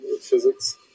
physics